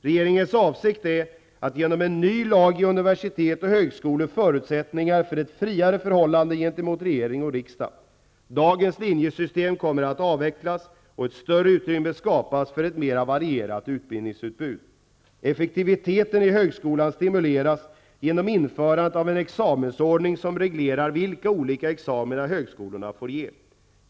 Regeringens avsikt är att genom en ny lag ge universitet och högskolor förutsättningar för ett friare förhållande gentemot regering och riksdag. Dagens linjesystem kommer att avvecklas och ett större utrymme skapas för ett mer varierat utbildningsutbud. Effektiviteten i högskolan stimuleras genom införandet av en examensförordning som reglerar vilka olika examina högskolorna får ge.